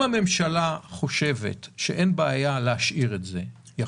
אם הממשלה חושבת שאין בעיה להשאיר את זה,